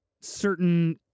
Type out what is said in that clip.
certain